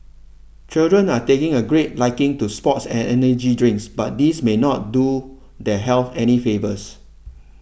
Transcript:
children are taking a great liking to sports and energy drinks but these may not do their health any favours